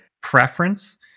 preference